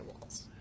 walls